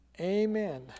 Amen